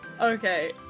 okay